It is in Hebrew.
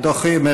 אנחנו דוחים.